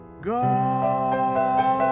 go